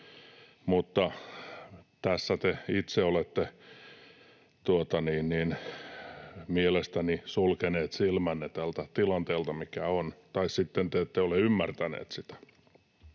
mutta tässä te itse olette mielestäni sulkenut silmänne tältä tilanteelta, mikä on, tai sitten te ette ole ymmärtänyt sitä.